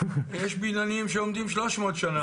יש בניינים שעומדים 300 שנה.